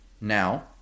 Now